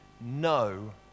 no